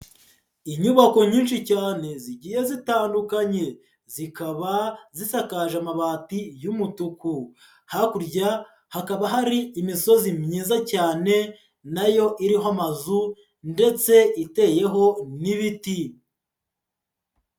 Inyubako nyinshi cyane zigiye zitandukanye, zikaba zisakaje amabati y'umutuku, hakurya hakaba hari imisozi myiza cyane na yo iriho amazu ndetse iteyeho n'ibiti.